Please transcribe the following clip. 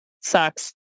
sucks